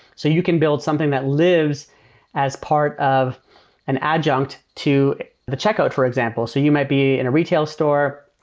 so you can build something that lives as part of an adjunct to the checkout, for example. so you may be in a retail store.